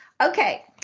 okay